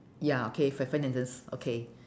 ya okay five sentences okay